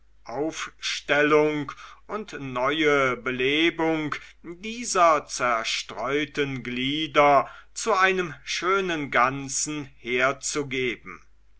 aufstellung und neue belebung dieser zerstreuten glieder zu einem schönen ganzen herzugeben